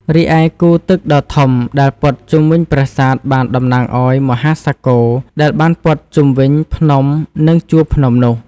រីឯគូទឹកដ៏ធំដែលព័ទ្ធជុំវិញប្រាសាទបានតំណាងឲ្យមហាសាគរដែលបានព័ទ្ធជុំវិញភ្នំនិងជួរភ្នំនោះ។